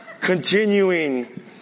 Continuing